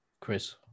Chris